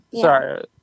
Sorry